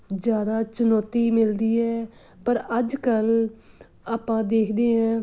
ਜ਼ਿਆਦਾ ਚੁਣੌਤੀ ਮਿਲਦੀ ਹੈ ਪਰ ਅੱਜ ਕੱਲ੍ਹ ਆਪਾਂ ਦੇਖਦੇ ਹਾਂ